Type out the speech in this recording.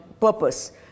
purpose